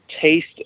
taste